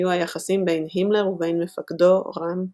היו היחסים בין הימלר ובין "מפקדו" רהם מתוחים.